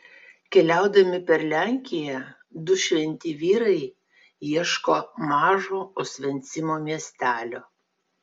keliaudami per lenkiją du šventi vyrai ieško mažo osvencimo miestelio